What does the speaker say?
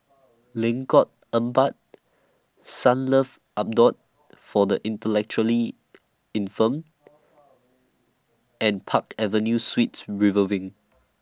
Lengkok Empat Sunlove Abode For The Intellectually Infirmed and Park Avenue Suites River Wing